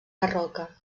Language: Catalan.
barroca